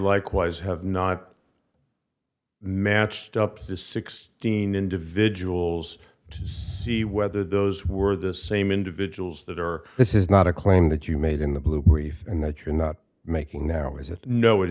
likewise have not matched up to sixteen individuals to see whether those were the same individuals that or this is not a claim that you made in the blue brief and that you're not making now is that no it